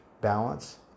balance